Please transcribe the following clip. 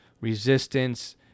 resistance